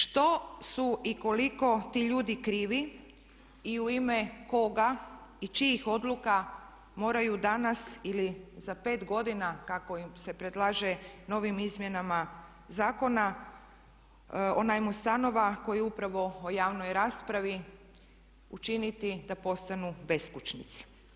Što su i koliko ti ljudi krivi i u ime koga i čijih odluka moraju danas ili za 5 godina kako se predlaže novim izmjenama Zakona o najmu stanova koji je upravo u javnoj raspravi učiniti da postanu beskućnici?